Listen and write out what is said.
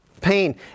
pain